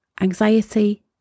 anxiety